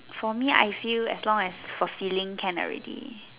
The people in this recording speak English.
for me I feel as long as for feeling can already